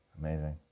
Amazing